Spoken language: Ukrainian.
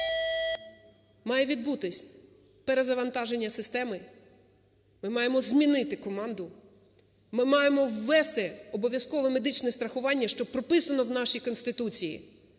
Має відбутись перезавантаження системи. Ми маємо змінити команду. Ми маємо ввести обов'язкове медичне страхування, що прописано в нашій Конституції,